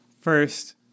First